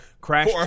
Crash